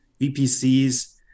VPCs